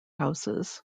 houses